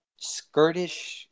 skirtish